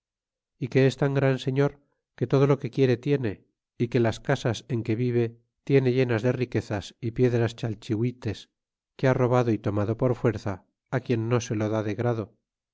y que es tan gran señor que todo lo que quiere tiene y que las casas en que vive tiene llenas de riquezas y piedras chalchihuites que ha robado y tomado por fuerza quien no se lo da de grado